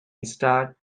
starred